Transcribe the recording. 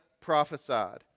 prophesied